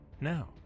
Now